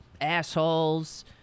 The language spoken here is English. assholes